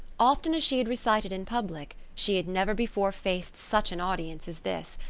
often as she had recited in public, she had never before faced such an audience as this,